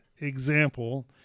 example